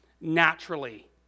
naturally